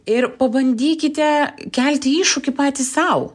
ir pabandykite kelti iššūkį patys sau